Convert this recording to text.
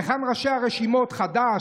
היכן ראשי הרשימות חד"ש,